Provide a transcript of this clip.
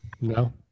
No